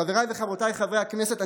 חבריי וחברותיי חברי הכנסת,